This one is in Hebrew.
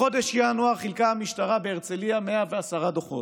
בחודש ינואר חילקה המשטרה בהרצליה 110 דוחות,